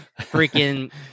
freaking